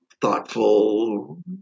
thoughtful